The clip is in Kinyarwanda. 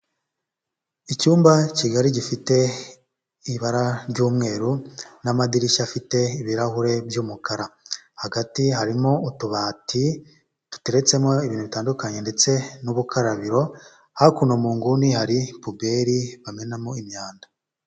Icyumba kigari gifite ibara ry'umweru n'amadirishya afite ibirahure by'umukara, hagati harimo utubati duteretsemo ibintu bitandukanye ndetse n'ubukarabiro, hakuno mu nguni hari puberi bamenamo imyanda.